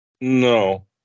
No